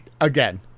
Again